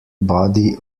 body